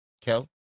Kel